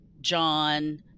John